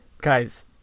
guys